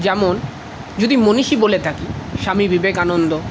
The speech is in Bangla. যেমন যদি মনীষী বলে থাকি স্বামী বিবেকানন্দ